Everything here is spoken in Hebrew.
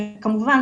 וכמובן,